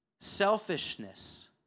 selfishness